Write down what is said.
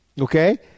Okay